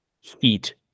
heat